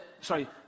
Sorry